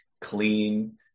clean